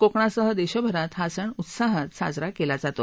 कोकणासह दर्धभरात हा सण उत्साहात साजरा कला जातो